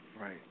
Right